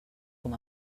com